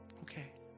Okay